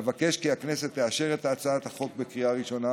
אבקש כי הכנסת תאשר את הצעת החוק בקריאה ראשונה